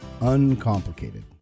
uncomplicated